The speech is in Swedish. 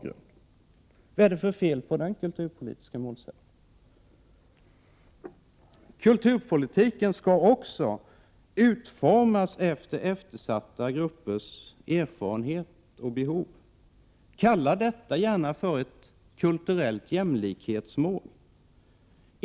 Vad är det för fel med den kulturpolitiska målsättningen? Kulturpolitiken skall också utformas med hänsyn till eftersatta gruppers erfarenheter och behov. Kalla detta för ett kulturellt jämlikhetsmål.